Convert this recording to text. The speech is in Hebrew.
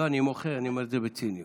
אני אומר את זה בציניות.